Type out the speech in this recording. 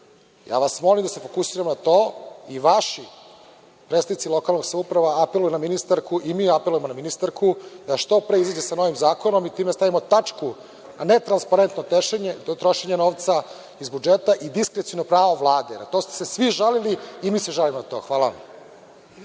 Ja vas molim da se fokusiramo na to. I vaši predstavnici lokalnih samouprava apeluju na ministarku i mi apelujemo na ministarku da što pre izađe sa novim zakonom i time stavimo tačku na netransparentno trošenje novca iz budžeta i diskreciono pravo Vlade. Na to ste se svi žalili i mi se žalimo na to. Hvala vam.